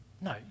No